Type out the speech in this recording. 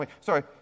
Sorry